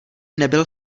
nebyl